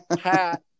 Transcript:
hat